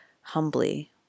humbly